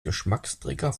geschmacksträger